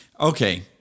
okay